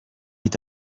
est